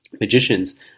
magicians